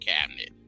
cabinet